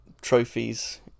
trophies